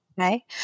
Okay